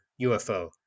UFO